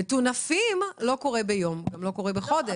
מטונפים לא קורה ביום וגם לא בחודש.